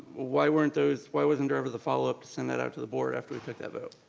why weren't those, why wasn't there ever the follow up to send that out to the board after we took that vote?